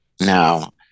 Now